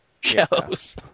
shows